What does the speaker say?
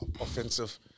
offensive